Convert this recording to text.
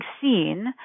seen